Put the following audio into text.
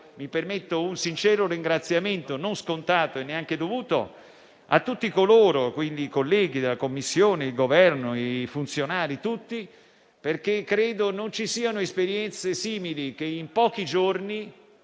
mi permetto un sincero ringraziamento, non scontato e neanche dovuto, a tutti (quindi ai colleghi della Commissione, al Governo e ai funzionari tutti), perché credo non ci siano esperienze simili per cui in pochi giorni